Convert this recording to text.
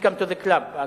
Welcome to the club.